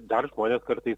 dar žmonės kartais